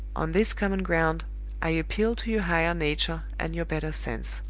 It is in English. on this common ground i appeal to your higher nature and your better sense.